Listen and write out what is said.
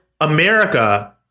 America